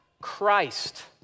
Christ